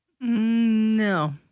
No